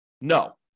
No